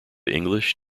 english